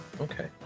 Okay